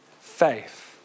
faith